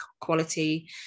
quality